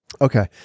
Okay